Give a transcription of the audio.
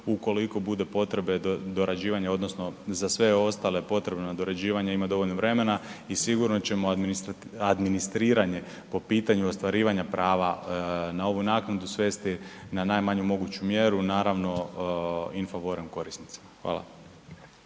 Ukoliko bude potrebe dorađivanja odnosno za sve ostalo potrebe nadorađivanja ima dovoljno vremena i sigurno ćemo administriranje po pitanju ostvarivanja prava na ovu naknadu svesti na najmanju moguću mjeru, naravno in favoren korisnicima. Hvala.